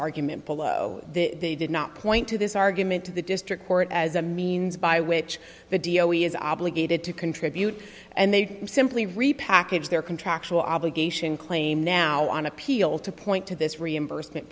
argument below the did not point to this argument to the district court as a means by which the dio is obligated to contribute and they simply repackage their contractual obligation claim now on appeal to point to this reimbursement